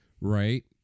Right